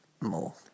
more